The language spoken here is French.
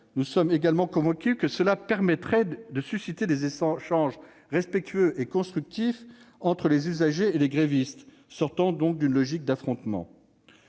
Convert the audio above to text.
Nous sommes également convaincus que cela pourrait susciter des échanges respectueux et constructifs entre les usagers et les grévistes, sortant de la logique d'affrontement.